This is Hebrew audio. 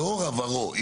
לאור עברו,